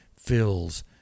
fills